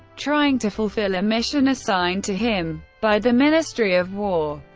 trying to fulfill a mission assigned to him by the ministry of war,